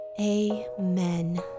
Amen